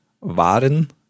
waren